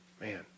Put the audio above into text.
Man